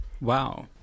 wow